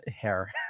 hair